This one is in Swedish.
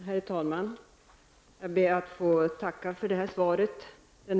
Herr talman! Jag ber att få tacka för svaret.